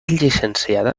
llicenciada